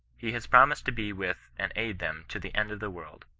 he has promised to be with and aid them to the end of the world.